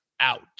out